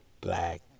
black